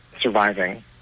surviving